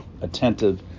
attentive